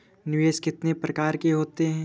निवेश कितने प्रकार के होते हैं?